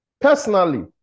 Personally